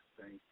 Thank